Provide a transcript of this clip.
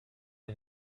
and